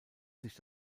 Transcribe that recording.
sich